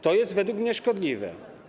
To jest według mnie szkodliwe.